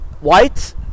white